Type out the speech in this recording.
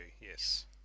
yes